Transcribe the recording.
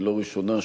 לא ראשונה,